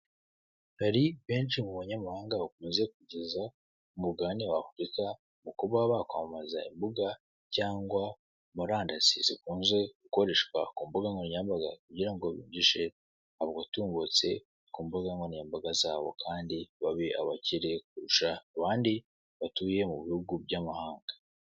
Hari benshi mu banyamahanga bakunze kugeza k'umugabane w'Afurika mu kuba bakwamamaza imbuga cyangwa murandasi zikunze gukoreshwa ku mbuga nkoranyambaga, kugira ngo bigishe abatubutse ku mbuga nkoranyambaga zabo, kandi babe abakire kurusha abandi batuye mu bihugu by'amahanga.